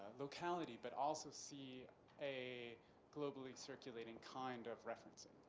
locality but also see a globally circulating kind of referencing.